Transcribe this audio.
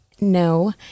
no